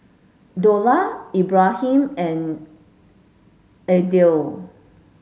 Dollah Ibrahim and Aidil